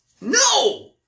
No